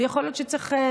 ויכול להיות שצריך,